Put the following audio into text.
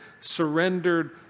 surrendered